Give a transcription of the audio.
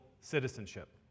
citizenship